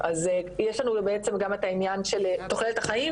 יש לנו בעצם גם את העניין של תוחלת החיים.